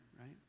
right